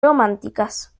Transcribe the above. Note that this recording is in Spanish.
románticas